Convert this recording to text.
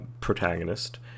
protagonist